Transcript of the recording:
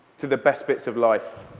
to the best bits of life.